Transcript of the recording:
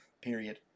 period